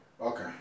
Okay